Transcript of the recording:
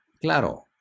claro